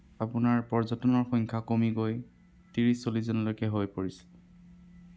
আপোনাৰ পৰ্যটনৰ সংখ্যা কমি গৈ ত্ৰিছ চল্লিছজনলৈকে গৈ পৰিছিল